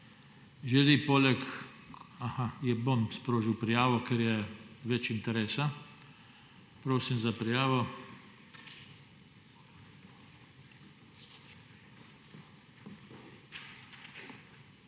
Želi poleg? Aha, bom sprožil prijavo, ker je več interesa. Prosim za prijavo.